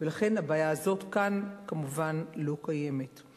ולכן הבעיה הזאת לא קיימת כאן.